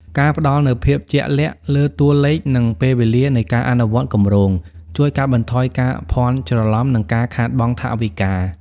ការផ្តល់នូវ "ភាពជាក់លាក់" លើតួលេខ និងពេលវេលានៃការអនុវត្តគម្រោង ជួយកាត់បន្ថយការភាន់ច្រឡំ និងការខាតបង់ថវិកា។